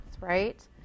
right